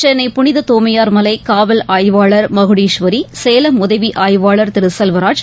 சென்னை புனிததோமையார் மலைகாவல் ஆய்வாளர் மகுஉஸ்வரி சேலம் உதவிஆய்வாளர் திருசெல்வராஜ்